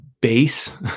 base